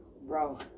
bro